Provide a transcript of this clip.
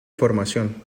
formación